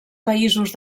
països